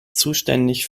zuständig